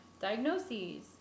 Diagnoses